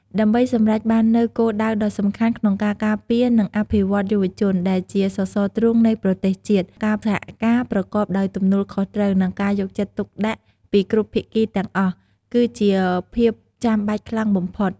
ដើម្បីសម្រេចបាននូវគោលដៅដ៏សំខាន់ក្នុងការការពារ និងអភិវឌ្ឍយុវជន ដែលជាសសរទ្រូងនៃប្រទេសជាតិ ការសហការប្រកបដោយទំនួលខុសត្រូវ និងការយកចិត្តទុកដាក់ពីគ្រប់ភាគីទាំងអស់ គឺជាភាពចាំបាច់ខ្លាំងបំផុត។